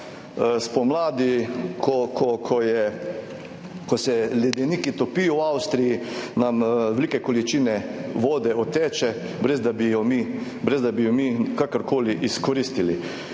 spomladi, ko se ledeniki v Avstriji topijo, nam velike količine vode odtečejo, ne da bi jo mi kakorkoli izkoristili.